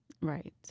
Right